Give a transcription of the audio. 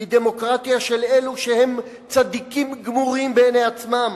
היא דמוקרטיה של אלו שהם צדיקים גמורים בעיני עצמם,